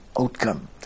outcome